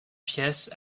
pièces